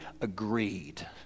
agreed